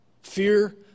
Fear